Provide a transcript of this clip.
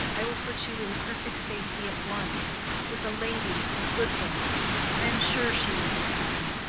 i will put you in perfect safety at once with a lady, a good woman i am sure she will be kind.